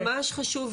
ממש חשוב,